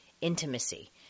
intimacy